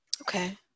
Okay